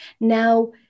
Now